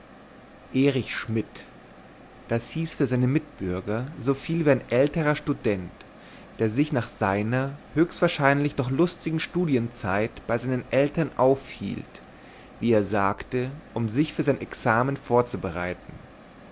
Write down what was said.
erich schmidt das hieß für seine mitbürger soviel wie ein älterer student der sich nach seiner höchst wahrscheinlich doch lustigen studienzeit bei seinen eltern aufhielt wie er sagte um sich für sein examen vorzubereiten